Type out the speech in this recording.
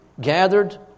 gathered